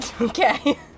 Okay